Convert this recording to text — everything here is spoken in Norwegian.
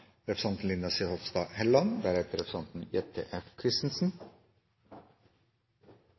representanten Linda C. Hofstad Helleland